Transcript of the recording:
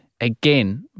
again